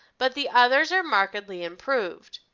but the others are markedly improved.